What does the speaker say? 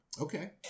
Okay